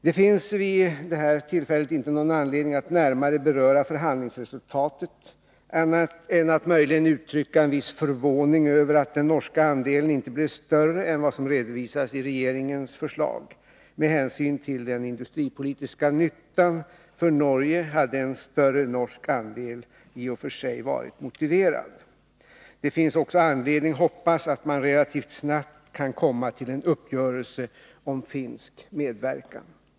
Det finns vid det här tillfället inte någon anledning att närmare beröra förhandlingsresultatet. Det skulle möjligen vara för att uttrycka en viss förvåning över att den norska andelen inte blev större än som redovisats i regeringens förslag. Med hänsyn till den industripolitiska nyttan för Norge hade en större norsk andel i och för sig varit motiverad. Det finns också anledning att hoppas att man relativt snabbt kan komma till en uppgörelse om finsk medverkan.